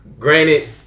Granted